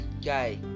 Guy